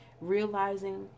realizing